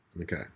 Okay